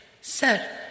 Sir